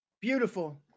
beautiful